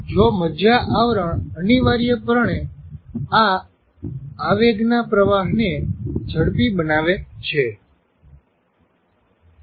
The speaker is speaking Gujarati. જો મજજાં આવરણ અનિવાર્યપણે આ આવેગના પ્રવાહને ઝડપી બનાવે છે